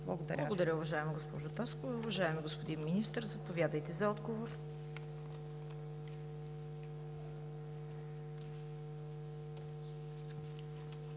Благодаря Ви, уважаема госпожо Таскова. Уважаеми господин Министър, заповядайте за отговор.